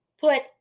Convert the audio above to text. put